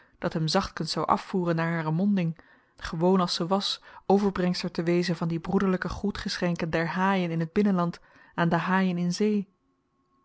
dat hem zachtkens zou afvoeren naar hare monding gewoon als ze was overbrengster te wezen van die broederlyke groetgeschenken der haaien in t binnenland aan de haaien in zee